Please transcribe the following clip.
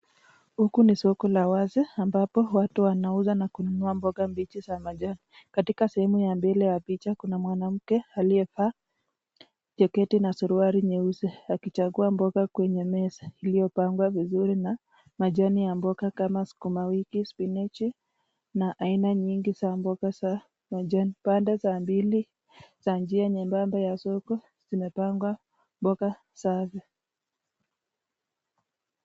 Huku ni soko la wazi ambapo watu wanauza na kununua mboga mbichi za majani. Katika sehemu ya mbele ya picha kuna mwanamke aliyevaa jaketi na suruali nyeusi akichagua mboga kwenye meza iliyopangwa vizuri na majani ya mboga kama sukuma wiki, spinachi na aina nyingi za mboga za majani. Pande za mbili za njia nyembamba ya soko zimapangwa mboga safi.